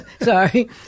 Sorry